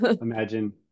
imagine